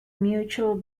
mutual